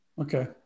Okay